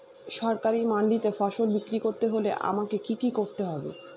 সরকারি মান্ডিতে ফসল বিক্রি করতে হলে আমাকে কি কি করতে হবে?